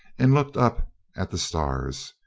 and looked up at the stars.